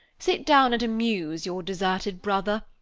sit down and amuse your deserted brother,